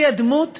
דמות